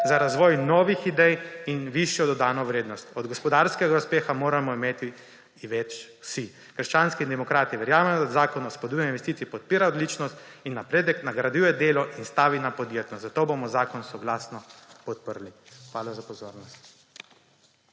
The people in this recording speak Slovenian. za razvoj novih idej in višjo dodano vrednost. Od gospodarskega uspeha morajo imeti več vsi. Krščanski demokrati verjamemo, da Zakon o spodbujanju investicij podpira odličnost in napredek, nagrajuje delo in stavi na podjetnost, zato bomo zakon soglasno podprli. Hvala za pozornost.